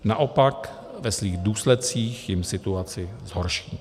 Naopak, ve svých důsledcích jim situaci zhorší.